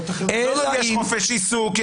חופש עיסוק,